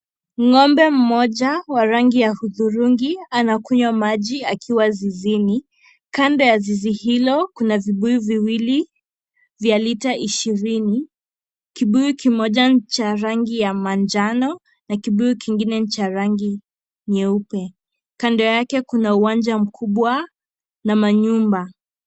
Ng'ombe mmoja wa rangi ya hudhurungi anakunywa maji akiwa zizini. Kando ya zizi hilo kuna vibuyu viwili vya lita ishirini. Kibuyu kimoja cha rangi ya manjano na kibuyu kingine cha rangi nyeupe. Kando yake kuna uwanja mkubwa na manyumba.